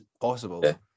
possible